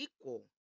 equal